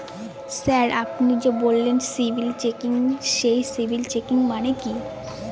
Sir আপনি যে বললেন সিবিল চেকিং সেই সিবিল চেকিং মানে কি?